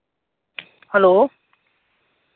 hello